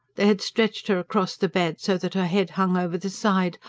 they had stretched her across the bed, so that her head hung over the side.